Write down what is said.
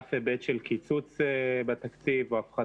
אמרתי שאף ילד לא יפגע ואני חוזרת